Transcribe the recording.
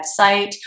website